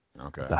okay